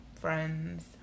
friends